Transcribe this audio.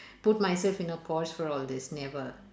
put myself in a course for all this never